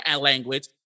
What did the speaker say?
language